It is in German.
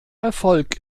erfolg